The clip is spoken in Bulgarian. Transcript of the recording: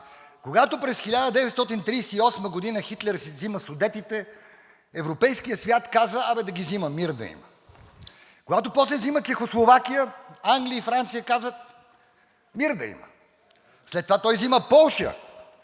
Когато през 1938 г. Хитлер си взима Судетите европейският свят казва: „А бе, да ги взима. Мир да има!“ Когато после взима Чехословакия, Англия и Франция, казват: „Мир да има!“ След това той взима Полша